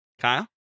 Kyle